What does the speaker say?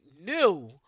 new